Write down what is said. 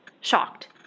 shocked